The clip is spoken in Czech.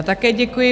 Také děkuji.